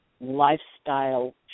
lifestyle